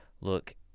look